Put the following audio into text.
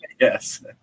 yes